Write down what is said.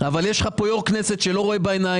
אבל יש לך יו"ר כנסת שלא רואה בעיניים,